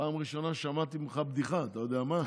פעם ראשונה שמעתי ממך בדיחה, אתה יודע מה?